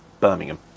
Birmingham